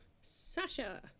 Sasha